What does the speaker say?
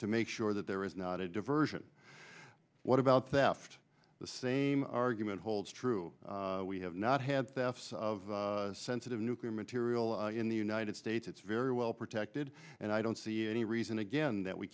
to make sure that there is not a diversion what about that fact the same argument holds true we have not had thefts of sensitive nuclear material in the united states it's very well protected and i don't see any reason again that we